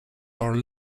are